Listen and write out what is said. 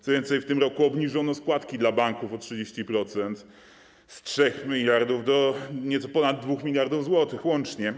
Co więcej, w tym roku obniżono składki dla banków o 30%, z 3 mld zł do nieco ponad 2 mld zł łącznie.